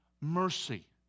mercy